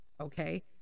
okay